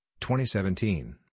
2017